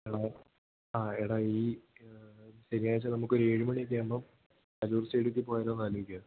എടാ ആ എടാ ഈ ശനിയാഴ്ച നമുക്ക് ഒരു ഏഴ് മണിയൊക്കെ ആകുമ്പോൾ കലൂർ സ്റ്റേഡിയത്തിൽ പോയാലോന്ന് ആലോചിക്കുക